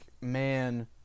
man